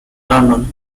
london